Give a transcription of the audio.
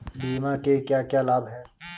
बीमा के क्या क्या लाभ हैं?